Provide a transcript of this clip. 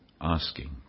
asking